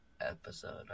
episode